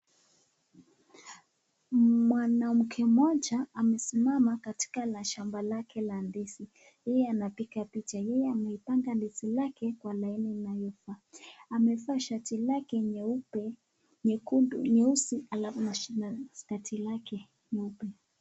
Mwanamke mmoja amesima katika shamba lake la ndizi, yeye anapiga picha. Yeye ameipanda lake kwa laini inayofaa, amevaa shati lake nyeusi halafu na halafu na skati lake nyeupe.